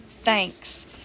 thanks